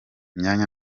myanya